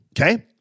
okay